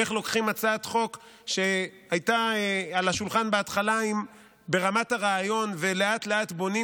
איך לוקחים הצעת חוק שהייתה על השולחן בהתחלה ברמת הרעיון ולאט-לאט בונים